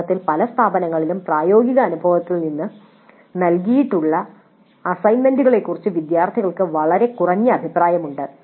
വാസ്തവത്തിൽ പല സ്ഥാപനങ്ങളിലും പ്രായോഗിക അനുഭവത്തിൽ നിന്ന് നൽകിയിട്ടുള്ള അസൈൻമെന്റുകളെക്കുറിച്ച് വിദ്യാർത്ഥികൾക്ക് വളരെ കുറഞ്ഞ അഭിപ്രായമുണ്ട്